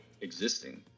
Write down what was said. existing